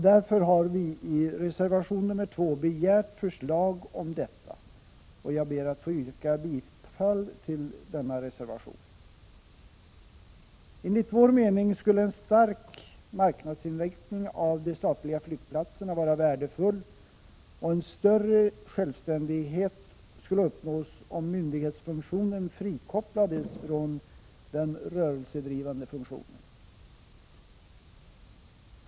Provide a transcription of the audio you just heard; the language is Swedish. Därför har vi i reservation 2 begärt förslag om detta, och jag ber att få yrka bifall till denna reservation. Enligt vår mening skulle en stark marknadsinriktning av de statliga flygplatserna vara värdefull, och en större självständighet skulle uppnås om myndighetsfunktionen frikopplades från den rörelsedrivande funktionen.